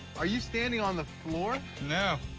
are you standing on the floor? no,